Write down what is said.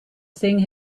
thing